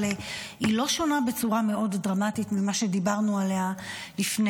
אבל היא לא שונה בצורה מאוד דרמטית ממה שדיברנו עליה לפני,